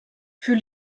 für